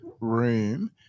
room